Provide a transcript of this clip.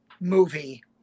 movie